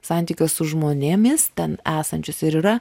santykio su žmonėmis ten esančius ir yra